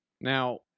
Now